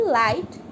light